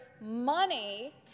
money